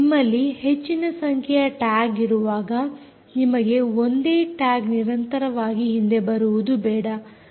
ನಿಮ್ಮಲ್ಲಿ ಹೆಚ್ಚಿನ ಸಂಖ್ಯೆಯ ಟ್ಯಾಗ್ ಇರುವಾಗ ನಿಮಗೆ ಒಂದೇ ಟ್ಯಾಗ್ ನಿರಂತರವಾಗಿ ಹಿಂದೆ ಬರುವುದು ಬೇಡ